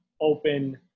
open